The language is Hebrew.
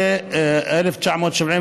הכנסת,